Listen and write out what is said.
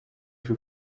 für